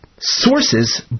sources